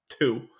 two